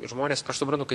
žmonės aš suprantu kai